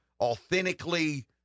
authentically